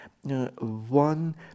one